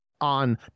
on